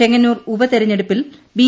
ചെങ്ങന്നൂർ ഉപതെരഞ്ഞെടുപ്പിൽ ബി